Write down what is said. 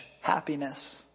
Happiness